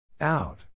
Out